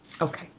Okay